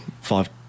five